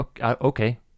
Okay